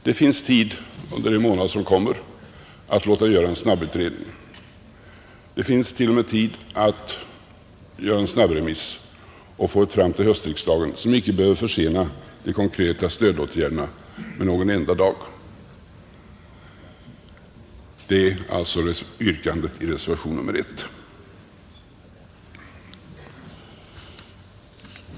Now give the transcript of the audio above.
Det finns tid under de månader som kommer att låta göra en snabbutredning, Det finns tid att göra en snabbremiss och till höstriksdagen få fram ett förslag som inte behöver försena de konkreta stödåtgärderna med en enda dag. Det är alltså yrkandet i reservationen 1.